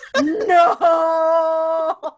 no